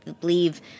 believe